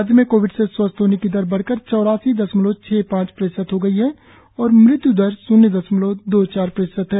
राज्य में कोविड से स्वस्थ होने की दर बढकर चौरासी दशमलव छह पांच प्रतिशत हो गई है और मृत्यु दर शून्य दशमलव दो चार प्रतिशत है